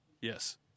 Yes